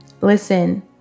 listen